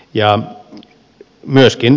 ja myöskin